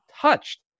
touched